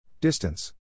Distance